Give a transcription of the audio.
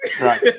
Right